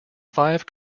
five